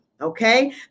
Okay